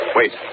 Wait